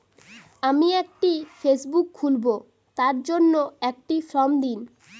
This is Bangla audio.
আমি একটি ফেসবুক খুলব তার জন্য একটি ফ্রম দিন?